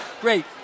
great